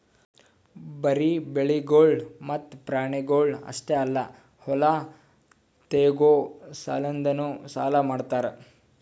ಬರೀ ಬೆಳಿಗೊಳ್ ಮತ್ತ ಪ್ರಾಣಿಗೊಳ್ ಅಷ್ಟೆ ಅಲ್ಲಾ ಹೊಲ ತೋಗೋ ಸಲೆಂದನು ಸಾಲ ಮಾಡ್ತಾರ್